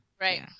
Right